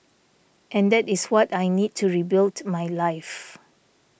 and that is what I need to rebuild my life